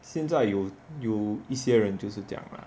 现在有有一些人就是这样啦